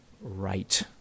right